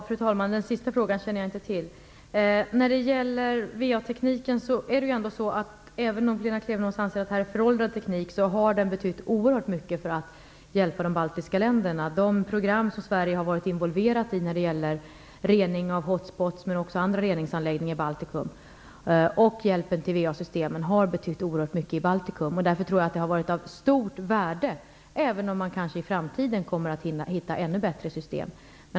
Fru talman! Den sista frågan känner jag inte till. Även om Lena Klevenås anser att VA-tekniken är föråldrad har den betytt oerhört mycket för att hjälpa de baltiska länderna. De program som Sverige har varit involverat i när det gäller rening av "hot spots", men också andra reningsanläggningar i Baltikum, och hjälpen med VA-systemen har betytt oerhört mycket i Baltikum. Därför tror jag att det har varit av stort värde, även om man i framtiden kanske kommer att hitta ännu bättre system.